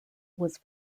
was